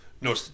no